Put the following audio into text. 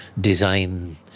design